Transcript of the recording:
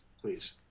Please